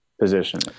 position